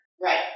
Right